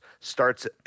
starts